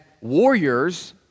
warriors